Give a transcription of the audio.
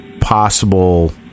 possible